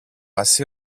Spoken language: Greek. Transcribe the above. μας